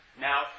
Now